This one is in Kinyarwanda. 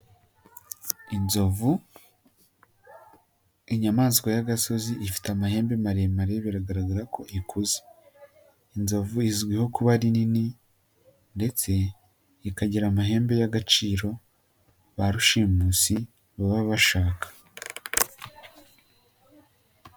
Inzovu inyamaswa y'agasozi ifite amahembe maremare biragaragara ko ikuze. Inzovu izwiho kuba ari nini ndetse ikagira amahembe y'agaciro ba rushimusi baba bashaka.